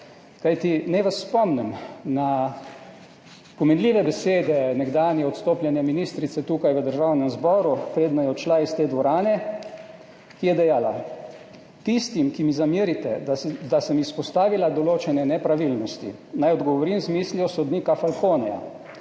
Kajti naj vas spomnim na pomenljive besede nekdanje odstopljene ministrice tukaj v Državnem zboru, preden je odšla iz te dvorane, ki je dejala: »Tistim, ki mi zamerite, da sem izpostavila določene nepravilnosti, naj odgovorim z mislijo sodnika Falconeja: